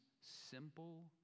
simple